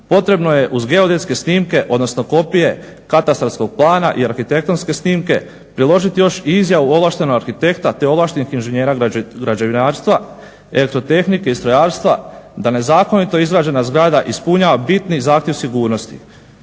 potrebno je uz geodetske snimke, odnosno kopije katastarskog plana i arhitektonske snimke priložiti još i izjavu ovlaštenog arhitekta, te ovlaštenih inženjera građevinarstva, elektrotehnike i strojarstva. Da nezakonito izgrađena zgrada ispunjava bitni zahtjev sigurnosti.